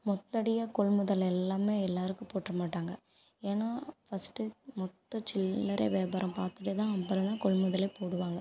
மொத்தடியா கொள்முதல் எல்லாமே எல்லாருக்கும் போட்டுறமாட்டாங்க ஏன்னா ஃபஸ்ட்டு மொத்தச் சில்லறை வியாபாரம் பார்த்துட்டுதான் அப்புறந்தா கொள்முதலே போடுவாங்க